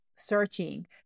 searching